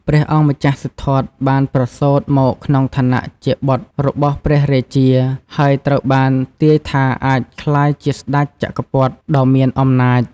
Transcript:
ព្រះអង្គម្ចាស់សិទ្ធត្ថបានប្រសូតមកក្នុងឋានៈជាបុត្ររបស់ព្រះរាជា ហើយត្រូវបានទាយថាអាចក្លាយជាស្តេចចក្រពត្តិដ៏មានអំណាច។